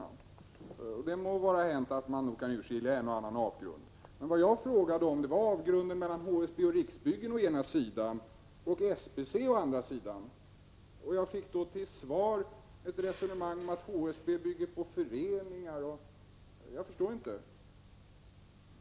Ja, det må vara hänt att man kan utskilja en och annan avgrund. Men det jag frågade om gällde avgrunden mellan HSB och Riksbyggen å ena sidan och SBC å andra sidan. Då började Britta Sundin att föra ett resonemang om att HSB bygger på föreningar. Jag förstår inte hennes resonemang.